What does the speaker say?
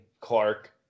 Clark